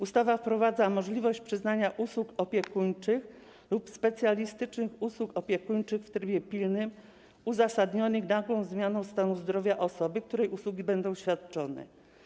Ustawa wprowadza możliwość przyznania usług opiekuńczych lub specjalistycznych usług opiekuńczych w trybie pilnym, uzasadnionych nagłą zmianą stanu zdrowia osoby, której usługi będą świadczone.